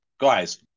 Guys